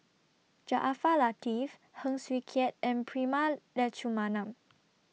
Jaafar Latiff Heng Swee Keat and Prema Letchumanan